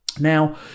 Now